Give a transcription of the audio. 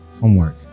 Homework